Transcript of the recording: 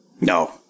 no